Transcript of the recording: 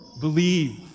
Believe